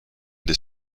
des